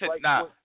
nah